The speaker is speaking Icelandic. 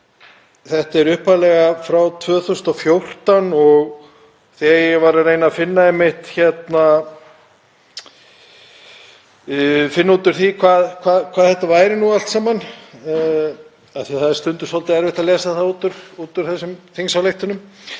Hún er upphaflega frá 2014 og þegar ég var að reyna að finna út úr því hvað þetta væri allt saman, af því að það er stundum svolítið erfitt að lesa það út úr þessum þingsályktunum,